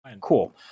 Cool